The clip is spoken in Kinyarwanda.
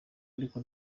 ariko